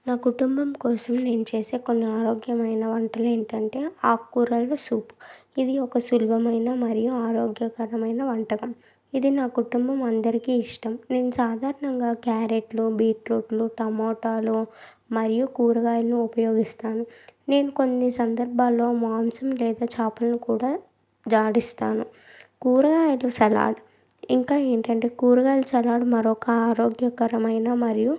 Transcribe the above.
నా కుటుంబం కోసం నేను చేసే కొన్ని ఆరోగ్యమైన వంటలు ఏంటంటే ఆకూరలు సూప్ ఇది ఒక సులభమైన మరియు ఆరోగ్యకరమైన వంటకం ఇది నా కుటుంబం అందరికీ ఇష్టం నేను సాధారణంగా క్యారెట్లు బీట్రూట్లు టమోటాలు మరియు కూరగాయలను ఉపయోగిస్తాను నేను కొన్ని సందర్భాల్లో మాంసం లేదు చేపలను కూడా జాడిస్తాను కూర ఐటమ్ సలాడ్ ఇంకా ఏంటంటే కూరగాయలు సలాడు మరో ఆరోగ్యకరమైన మరియు